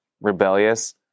rebellious